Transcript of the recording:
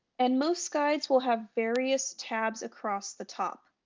and most guides will have various tabs across the top.